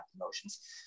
emotions